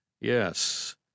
Yes